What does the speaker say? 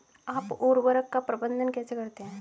आप उर्वरक का प्रबंधन कैसे करते हैं?